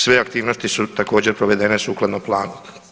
Sve aktivnosti su također provedene sukladno planu.